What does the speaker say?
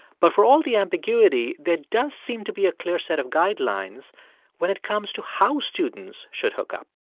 but for all the ambiguity, there does seem to be a clear set of guidelines when it comes to how students should hookup